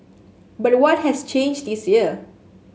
but what has changed this year